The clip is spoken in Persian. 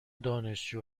دانشجو